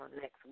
next